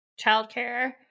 childcare